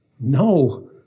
No